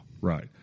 Right